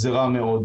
זה רע מאוד.